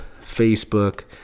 Facebook